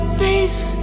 face